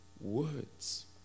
words